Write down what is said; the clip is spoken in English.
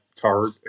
card